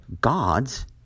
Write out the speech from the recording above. gods